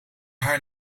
haar